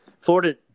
Florida